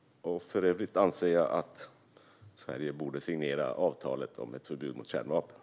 För övrigt anser jag att Sverige borde signera avtalet om ett förbud mot kärnvapen.